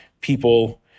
people